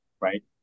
right